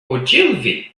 ogilvy